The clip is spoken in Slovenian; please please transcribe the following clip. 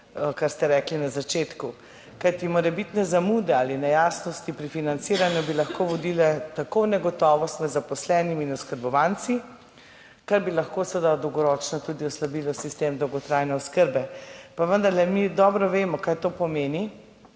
kar ste rekli na začetku. Morebitne zamude ali nejasnosti pri financiranju bi namreč lahko vodile tako v negotovost med zaposlenimi in oskrbovanci, kar bi lahko seveda dolgoročno tudi oslabilo sistem dolgotrajne oskrbe, pa vendarle mi dobro vemo, kaj to pomeni.